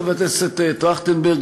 חבר הכנסת טרכטנברג,